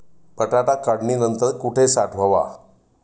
बटाटा काढणी नंतर कुठे साठवावा?